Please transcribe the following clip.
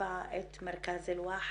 שמחליפה את מרכז אלואחה.